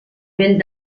vent